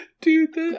Dude